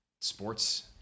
sports